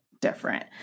different